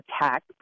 attack